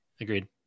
Agreed